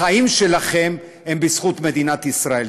החיים שלכם הם בזכות מדינת ישראל.